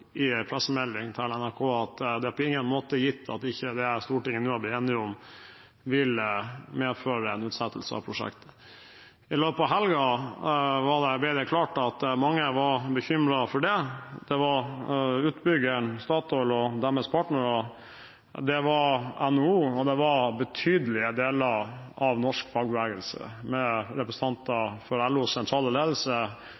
en pressemelding til NRK at det på ingen måte er gitt at det Stortinget nå har blitt enige om, ikke vil medføre en utsettelse av prosjektet. I løpet av helgen ble det klart at mange var bekymret for det: Det var utbyggeren, Statoil, og deres partnere, det var NHO, og det var betydelige deler av norsk fagbevegelse, med